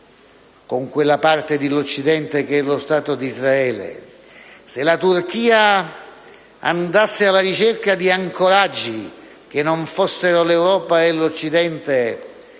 con quella parte dell'Occidente che è lo Stato di Israele, se la Turchia andasse alla ricerca di ancoraggi che non fossero l'Europa e l'Occidente